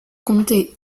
compter